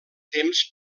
temps